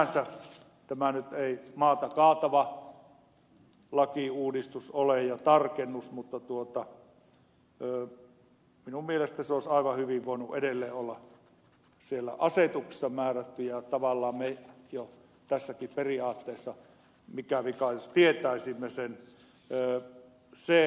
sinänsä tämä nyt ei maata kaatava lakiuudistus ja tarkennus ole mutta minun mielestäni se olisi aivan hyvin voinut edelleen olla siellä asetuksessa määrätty ja tavallaan me jo tässäkin periaatteessa tietäisimme sen